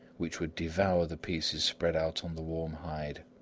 which would devour the pieces spread out on the warm hide.